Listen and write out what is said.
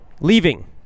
leaving